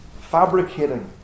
fabricating